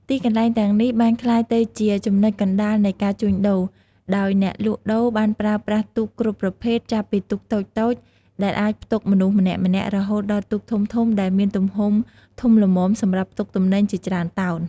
ទីកន្លែងទាំងនេះបានក្លាយទៅជាចំណុចកណ្ដាលនៃការជួញដូរ ដោយអ្នកលក់ដូរបានប្រើប្រាស់ទូកគ្រប់ប្រភេទ ចាប់ពីទូកតូចៗ ដែលអាចផ្ទុកមនុស្សម្នាក់ៗ រហូតដល់ទូកធំៗ ដែលមានទំហំធំល្មមសម្រាប់ផ្ទុកទំនិញជាច្រើនតោន។